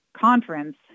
conference